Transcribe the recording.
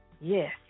Yes